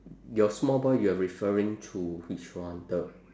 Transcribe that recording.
your small boy you are referring to which one the